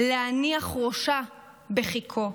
ולהניח ראשה בחיקו.